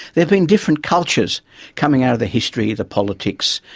there have been different cultures coming out of the history, the politics,